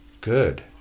good